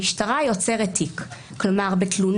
המשטרה יוצרת תיק בתלונה,